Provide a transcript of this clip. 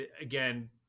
again